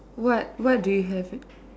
what what do you have it